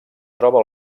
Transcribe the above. troba